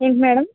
ఏంటి మేడం